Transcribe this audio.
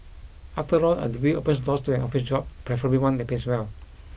after all a degree opens doors to an office job preferably one that pays well